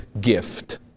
gift